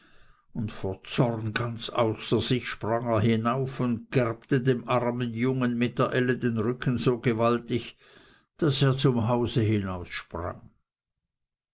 und vor zorn ganz außer sich sprang er hinauf und gerbte dem armen jungen mit der elle den rücken so gewaltig daß er zum haus